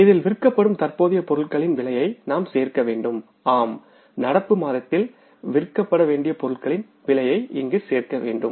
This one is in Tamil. இதில் காஸ்ட் ஆப் கூட்ஸ் சோல்ட் யை நாம் சேர்க்க வேண்டும் ஆம் நடப்பு மாதத்தில் விற்கப்பட வேண்டிய பொருட்களின் விலையை இங்கு சேர்க்க வேண்டும்